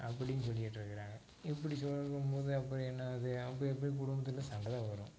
அப்படின்னு சொல்லிக்கிட்டிருக்குறாங்க இப்படி சொல்லும் போது அப்புறம் என்ன ஆகுது அப்புறம் எப்படி குடும்பத்தில் சண்டை தான் வரும்